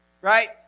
Right